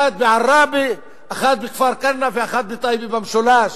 אחד בערבה, אחד בכפר-כנא ואחד בטייבה במשולש.